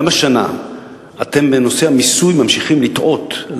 גם השנה אתם ממשיכים לטעות בנושא המיסוי,